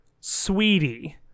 Sweetie